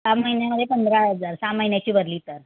सहा महिन्यांमध्ये पंधरा हजार सहा महिन्याची भरली तर